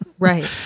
Right